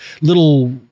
little